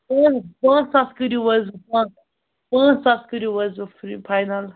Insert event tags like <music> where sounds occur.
<unintelligible> پانٛژھ ساس کٔرِو حظ <unintelligible> پانٛژھ پانٛژھ ساس کٔرِو حظ وۄنۍ <unintelligible> فایِنَل